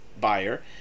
buyer